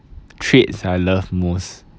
traits I love most